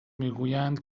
میگویند